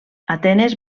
atenes